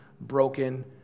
broken